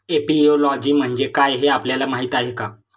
Apiology म्हणजे काय, हे आपल्याला माहीत आहे का?